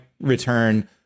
return